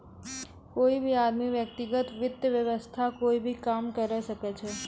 कोई भी आदमी व्यक्तिगत वित्त वास्तअ कोई भी काम करअ सकय छै